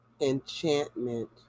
enchantment